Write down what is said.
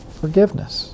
forgiveness